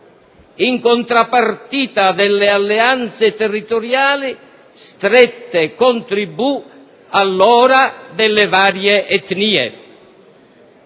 in contropartita delle alleanze territoriali strette con tribù, allora, delle varie etnie.